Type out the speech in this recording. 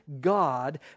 God